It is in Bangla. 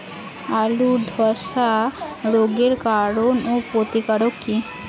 আলুর ধসা রোগের কারণ ও প্রতিকার কি?